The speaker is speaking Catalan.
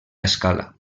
escala